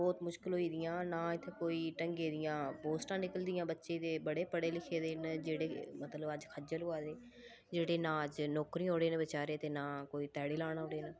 बौह्ता मुश्कल होई गेदियां ना इत्थें कोई ढंगै दियां पोस्टां निकलदियां बच्चे ते बड़े पढ़े लिखे दे न जेह्ड़े मतलब अज्जकल खज्जल होऐ दे जेह्ड़े न अज्ज नौकरियां जोह्ड़े न बेचारे रेदे नां कोई ध्याड़ी लाने जोह्ड़े न